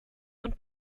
und